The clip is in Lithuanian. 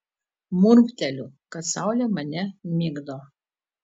murmteliu kad saulė mane migdo